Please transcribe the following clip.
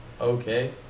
okay